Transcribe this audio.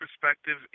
perspective